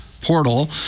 portal